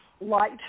light